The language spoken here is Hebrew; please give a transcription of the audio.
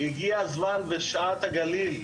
הגיע זמן ושעת הגליל,